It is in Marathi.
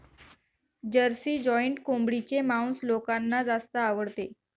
जर्सी जॉइंट कोंबडीचे मांस लोकांना जास्त आवडते